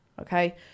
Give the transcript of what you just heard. Okay